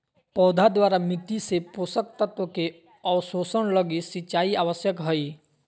पौधा द्वारा मिट्टी से पोषक तत्व के अवशोषण लगी सिंचाई आवश्यक हइ